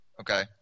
Okay